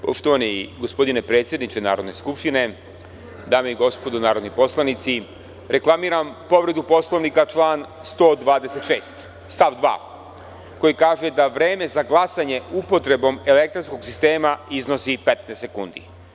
Poštovani gospodine predsedniče Narodne skupštine, dame i gospodo narodni poslanici, reklamiram povredu Poslovnika član 126. stav 2, koji kaže da vreme za glasanje upotrebom elektronskog sistema iznosi 15. sekundi.